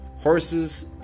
Horses